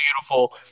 beautiful